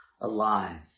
alive